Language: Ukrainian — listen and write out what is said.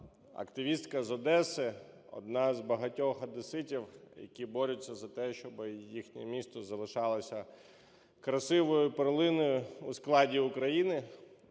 активістка з Одеси, одна з багатьох одеситів, які борються за те, щоби їхнє місто залишалося красивою перлиною у складі України,